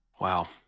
Wow